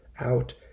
out